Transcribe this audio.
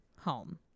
Home